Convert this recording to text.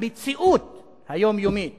המציאות היומיומית